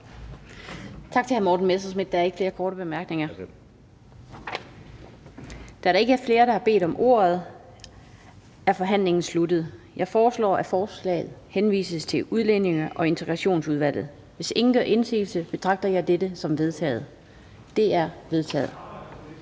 Tak for det. Der er ikke flere korte bemærkninger. Da der ikke er flere, der har bedt om ordet, er forhandlingen sluttet. Jeg foreslår, at forslaget henvises til Udlændinge- og Integrationsudvalget. Hvis ingen gør indsigelse, betragter jeg dette som vedtaget. Det er vedtaget.